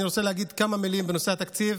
אני רוצה להגיד כמה מילים בנושא התקציב